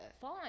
Fine